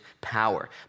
power